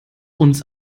uns